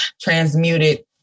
transmuted